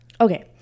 Okay